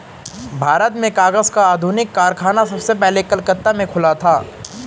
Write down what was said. भारत में कागज का आधुनिक कारखाना सबसे पहले कलकत्ता में खुला था